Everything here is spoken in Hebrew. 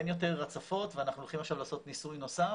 אין יותר הצפות ואנחנו הולכים עכשיו לעשות ניסוי נוסף